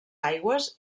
aigües